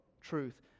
truth